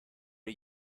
are